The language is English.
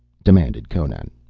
demanded conan.